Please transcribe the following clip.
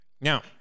Now